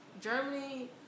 Germany